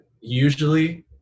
usually